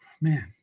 man